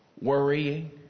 worrying